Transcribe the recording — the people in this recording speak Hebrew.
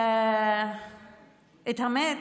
האמת,